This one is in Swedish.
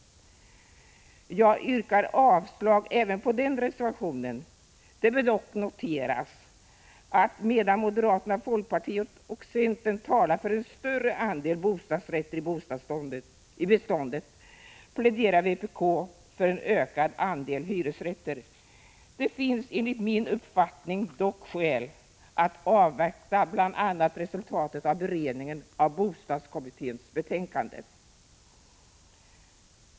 Jag yrkar avslag även på den reservationen. Det bör dock noteras att medan moderaterna, folkpartiet och centern talar för en större andel bostadsrätter i beståndet pläderar vpk för en ökad andel hyresrätter. Det finns enligt min uppfattning dock skäl att avvakta bl.a. resultatet av beredningen av bostadskommitténs betänkande.